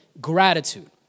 gratitude